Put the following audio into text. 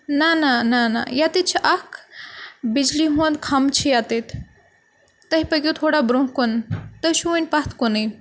نہ نہ نہ نہ ییٚتٮ۪تھ چھِ اَکھ بِجلی ہُنٛد کھم چھِ ییٚتہِ تُہۍ پٔکِو تھوڑا برونٛہہ کُن تُہۍ چھِو ؤنۍ پَتھ کُنُے